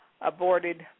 aborted